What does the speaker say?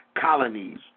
colonies